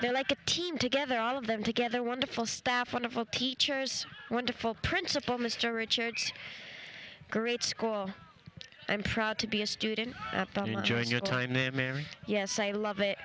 there like a team together all of them together wonderful staff wonderful teachers wonderful principal mr richards great score i'm proud to be a student at your time yes i love it